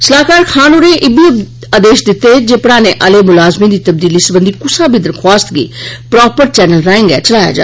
सलाहकार होरें इब्बी आदेश दित्ता जे पढ़ाने आले मुलाजमें दी तब्दीली सरबंधी कुसा बी दरख्वास्त गी प्रोपर चैनल राए चलाया जा